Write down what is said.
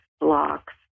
blocks